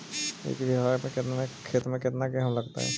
एक बिघा खेत में केतना गेहूं लगतै?